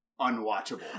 unwatchable